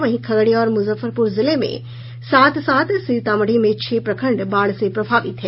वहीं खगड़िया और मुजफ्फरपुर जिले में सात सात सीतामढ़ी में छह प्रखंड बाढ़ से प्रभावित हैं